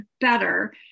better